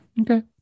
Okay